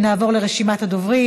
נעבור לרשימת הדוברים.